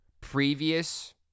previous